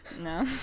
No